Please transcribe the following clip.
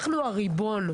אנחנו הריבון.